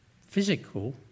physical